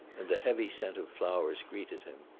and the heavy scent of flowers greeted him.